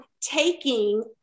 taking